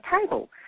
table